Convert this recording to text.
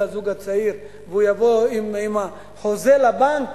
הזוג הצעיר והוא יבוא עם החוזה לבנק,